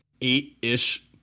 eight-ish